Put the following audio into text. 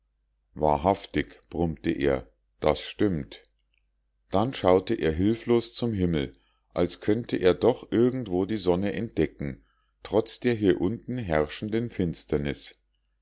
wahrhaftig brummte er das stimmt dann schaute er hilflos zum himmel als könnte er doch irgendwo die sonne entdecken trotz der hier unten herrschenden finsternis